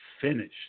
finished